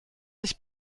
sich